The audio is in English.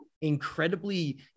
incredibly